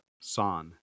San